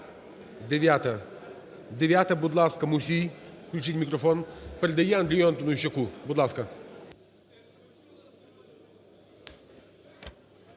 9-а, будь ласка, Мусій. Включіть мікрофон. Передає Андрію Антонищаку. Будь ласка.